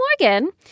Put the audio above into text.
Morgan